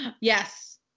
Yes